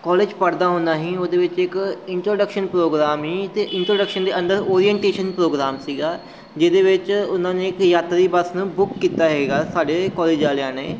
college ਪੜ੍ਹਦਾ ਹੁੰਦਾ ਸੀ ਉਹਦੇ ਵਿੱਚ ਇੱਕ ਇੰਟਰੋਡਕਸ਼ਨ ਪ੍ਰੋਗਰਾਮ ਸੀ ਅਤੇ ਇੰਟਰੋਡਕਸ਼ਨ ਦੇ ਅੰਦਰ ਓਰੀਐਨਟੇਸ਼ਨ ਪ੍ਰੋਗਰਾਮ ਸੀਗਾ ਜਿਹਦੇ ਵਿੱਚ ਉਹਨਾਂ ਨੇ ਇੱਕ ਯਾਤਰੀ ਬੱਸ ਨੂੰ ਬੁੱਕ ਕੀਤਾ ਸੀਗਾ ਸਾਡੇ ਕੋਲਜ ਵਾਲਿਆਂ ਨੇ